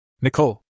Nicole